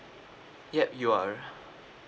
yup you are